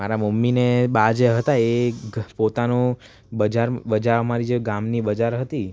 મારા મમ્મી અને બા જે હતા એ ઘ પોતાનું બજાર બજાર અમારી જે ગામની બજાર હતી